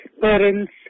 parents